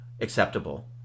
acceptable